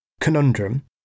conundrum